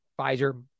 Pfizer